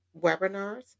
webinars